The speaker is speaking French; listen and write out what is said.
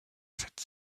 cette